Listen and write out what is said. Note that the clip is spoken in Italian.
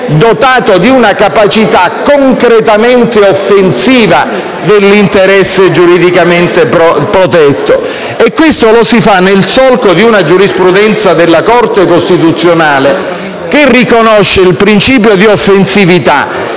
dotato di una capacità concretamente offensiva dell'interesse giuridicamente protetto. Questo lo si fa nel solco di una giurisprudenza della Corte costituzionale che riconosce il principio di offensività